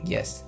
Yes